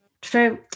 True